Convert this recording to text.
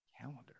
Calendar